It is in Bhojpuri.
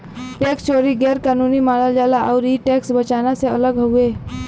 टैक्स चोरी गैर कानूनी मानल जाला आउर इ टैक्स बचाना से अलग हउवे